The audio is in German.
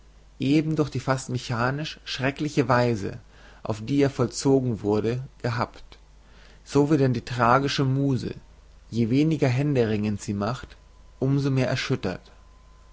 eben durch die fast mechanisch schrekliche weise auf die er vollzogen wurde gehabt so wie denn die tragische muse je weniger händeringens sie macht um so mehr erschüttert